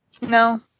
No